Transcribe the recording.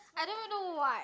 I never do what